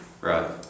Right